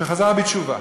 שחזר בתשובה,